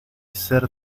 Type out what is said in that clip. ser